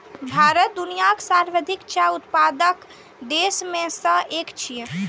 भारत दुनियाक सर्वाधिक चाय उत्पादक देश मे सं एक छियै